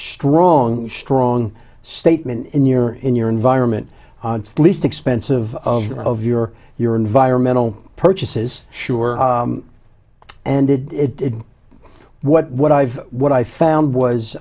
strong strong statement in your in your environment least expensive of your your environmental purchases sure and did it what what i've what i found was